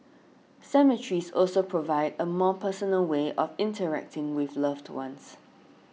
cemeteries also provide a more personal way of interacting with loved ones